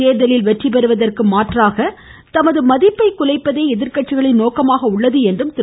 தேர்தலில் வெற்றி பெறுவதற்கு மாற்றாக தமது மதிப்பை குலைப்பதே எதிர்கட்சிகளின் நோக்கமாக உள்ளது என்றும் திரு